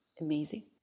amazing